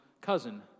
cousin